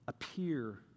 appear